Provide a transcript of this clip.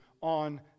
on